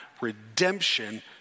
redemption